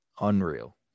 Unreal